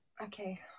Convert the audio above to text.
Okay